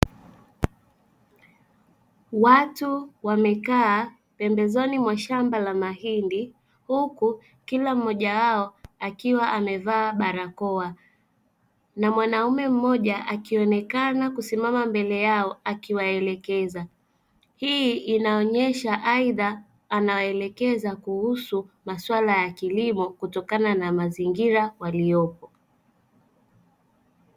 Watu wamekaa pembezoni mwa shamba la mahindi huku kila mmoja wao akiwa amevaa barakoa na mwanamume mmoja akionekana kusimama mbele yao akiwaelekeza. Hii inaonyesha aidha anawaelekeza kuhusu masuala ya kilimo kutokana na mazingira waliyopo.